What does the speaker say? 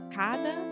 cada